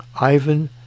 Ivan